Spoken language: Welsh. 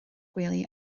gwely